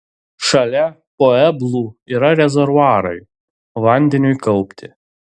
šalia pueblų yra rezervuarai vandeniui kaupti